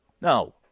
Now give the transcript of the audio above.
no